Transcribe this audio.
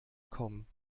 kommen